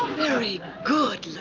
very good,